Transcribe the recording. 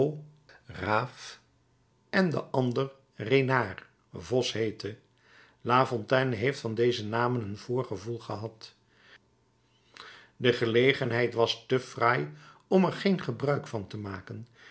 raaf de andere renard vos heette lafontaine heeft van deze namen een voorgevoel gehad de gelegenheid was te fraai om er geen gebruik van te maken